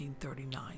1939